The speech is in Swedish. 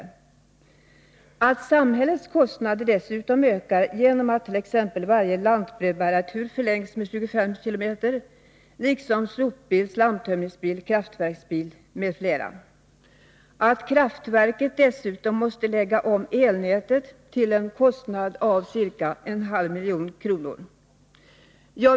Dessutom ökar samhällets kostnader genom att t.ex. varje lantbrevbärartur förlängs med 25 km. Samma förlängning av vägen blir det för sopbil, slamtömningsbil, kraftverksbil m.m.